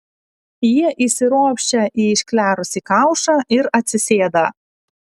jie įsiropščia į išklerusį kaušą ir atsisėda